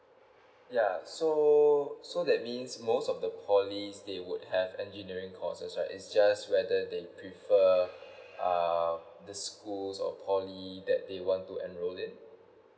yeah so so that means most of the poly they would have engineering courses right it's just whether they prefer err the schools or poly that they want to enroll in